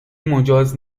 مجاز